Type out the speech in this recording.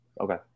Okay